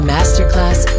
Masterclass